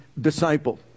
disciple